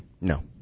No